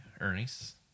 ernie's